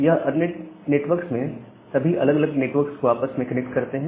ये अरनेट नेटवर्क्स सभी अलग अलग नेटवर्क्स को आपस में कनेक्ट करते हैं